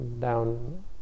down